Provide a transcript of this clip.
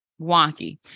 wonky